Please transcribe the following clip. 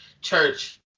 church